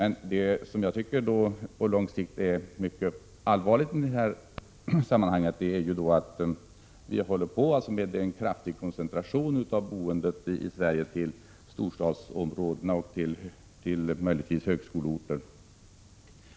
Något mycket allvarligt på lång sikt i det sammanhanget är, anser jag, den kraftiga koncentrationen av boendet i Sverige till storstadsområdena och möjligtvis högskoleorter.